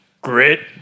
grit